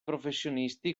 professionisti